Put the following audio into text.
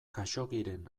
khaxoggiren